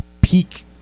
peak